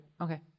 Okay